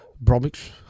Bromwich